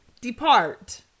depart